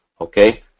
okay